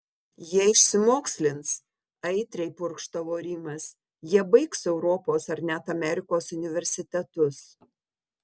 jie išsimokslins aitriai purkštavo rimas jie baigs europos ar net amerikos universitetus